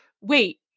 wait